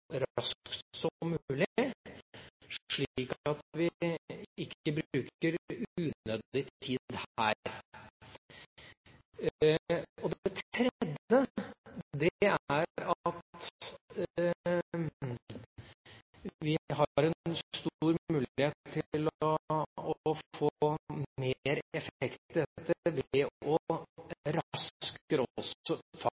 raskt som mulig, slik at vi ikke bruker unødig tid her. Og det tredje er at vi har stor mulighet til å få mer effekt i dette